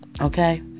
Okay